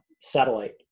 satellite